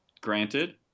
granted